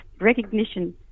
recognition